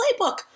playbook